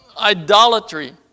idolatry